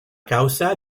causa